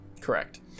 correct